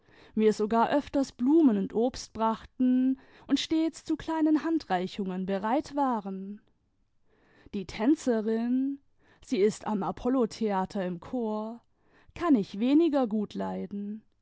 mir sogar öfters blumen und obst brachten imd stets zu kleinen handreichungen bereit waren die tänzerin sie ist am apollotheater im chor kann ich weniger gut leiden